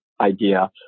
idea